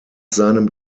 seinem